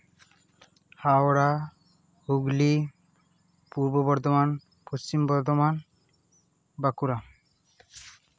Howrah Hooghly Purba Bardhaman Paschim Bardhaman Bankura